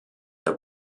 that